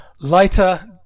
lighter